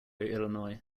illinois